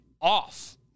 off